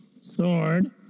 sword